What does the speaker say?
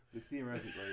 Theoretically